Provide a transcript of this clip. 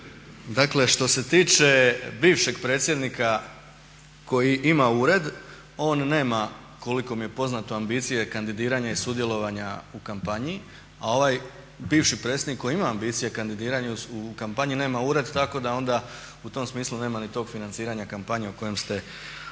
Dakle, što se tiče bivšeg predsjednika koji ima ured, on nema koliko mi je poznato ambicije kandidiranje i sudjelovanja u kampanji, a ovaj bivši predsjednik koji ima ambicije kandidiranja u kampanji nema ured tako da ona u tom smislu nema ni tog financiranja kampanje o kojoj ste govorili.